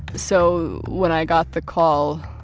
so when i got the call,